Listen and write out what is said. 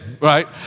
right